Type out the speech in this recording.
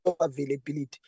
availability